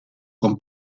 con